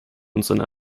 unseren